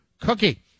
cookie